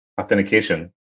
authentication